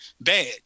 bad